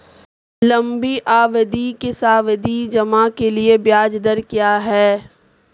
लंबी अवधि के सावधि जमा के लिए ब्याज दर क्या है?